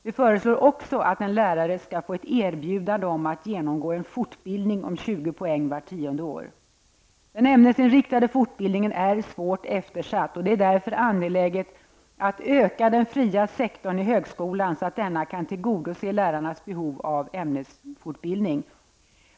Vi föreslår också att en lärare skall få ett erbjudande om att genomgå en fortbildning om 20 poäng vart tionde år. Den ämnesinriktade fortbildningen är svårt eftersatt. Det är därför angeläget att öka den fria sektorn i högskolan så att denna kan tillgodose lärarnas behov av ämnesfortbildning.